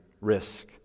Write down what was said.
risk